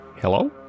Hello